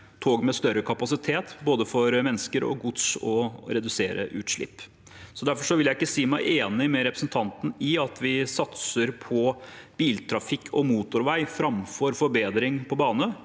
tog med større kapasitet, for både mennesker og gods, og reduserte utslipp. Derfor vil jeg ikke si meg enig med representanten i at vi satser på biltrafikk og motorvei framfor forbedring på bane.